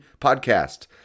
podcast